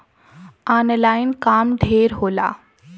online काम ढेर होला